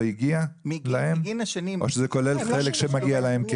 הגיע להם או שזה כולל חלק שמגיע להם,